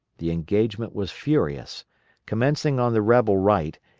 the engagement was furious commencing on the rebel right,